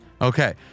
Okay